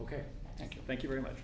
ok thank you thank you very much